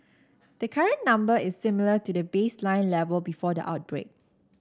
the current number is similar to the baseline level before the outbreak